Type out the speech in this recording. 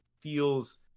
feels